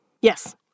Yes